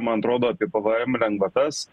man atrodo apie pvm lengvatas